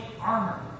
Armor